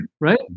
right